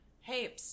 Hey